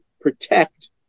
protect